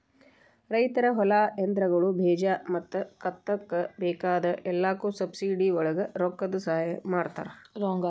ರೈತರ ಹೊಲಾ, ಯಂತ್ರಗಳು, ಬೇಜಾ ಮತ್ತ ಕಂತಕ್ಕ ಬೇಕಾಗ ಎಲ್ಲಾಕು ಸಬ್ಸಿಡಿವಳಗ ರೊಕ್ಕದ ಸಹಾಯ ಮಾಡತಾರ